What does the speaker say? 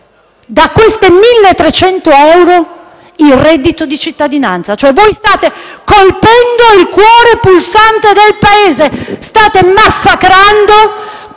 da questi 1.300 euro, il reddito di cittadinanza. Cioè voi state colpendo il cuore pulsante del Paese, state massacrando